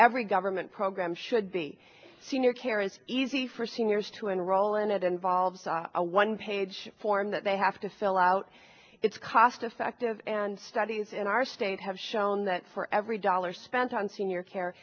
every government program should be senior care it's easy for seniors to enroll and it involves a one page form that they have to fill out it's cost effective and studies in our state have shown that for every dollar spent on senior care